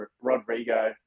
rodrigo